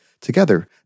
Together